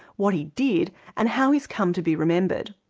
what he did, and how he's come to be remembered.